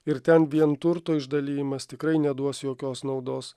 ir ten vien turto išdalijimas tikrai neduos jokios naudos